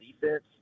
defense